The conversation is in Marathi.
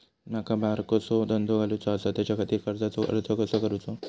माका बारकोसो धंदो घालुचो आसा त्याच्याखाती कर्जाचो अर्ज कसो करूचो?